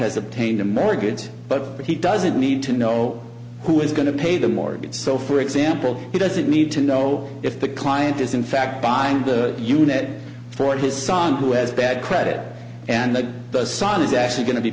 has obtained a mortgage but he doesn't need to know who is going to pay the mortgage so for example he doesn't need to know if the client is in fact buying the unit for his son who has bad credit and that the son is actually going to be